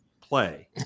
play